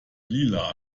lila